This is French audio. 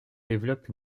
développe